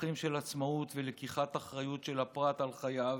ערכים של עצמאות ולקיחת אחריות של הפרט על חייו,